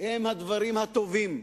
הם הדברים הטובים.